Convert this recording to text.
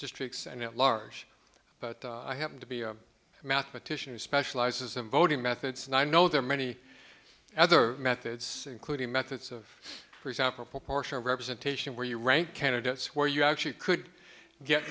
districts and at large but i happen to be a mathematician who specializes in voting methods and i know there are many other methods including methods of for example proportional representation where you rank candidates where you actually could get